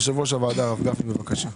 יושב-ראש הוועדה, הרב גפני, בבקשה.